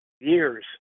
years